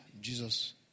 Jesus